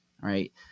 right